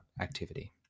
activity